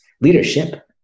leadership